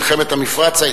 כשהיתה מלחמת המפרץ,